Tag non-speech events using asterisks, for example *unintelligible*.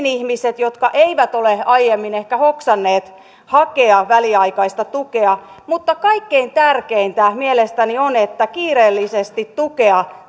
*unintelligible* ihmiset jotka eivät ole aiemmin ehkä hoksanneet hakea väliaikaista tukea mutta kaikkein tärkeintä mielestäni on että kiireellisesti tukea *unintelligible*